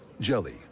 Jelly